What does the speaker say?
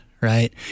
right